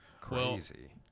Crazy